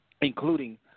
including